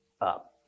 up